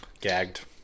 Gagged